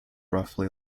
roughly